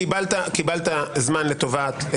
קיבלת זמן לטובת.